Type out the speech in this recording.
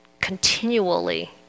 continually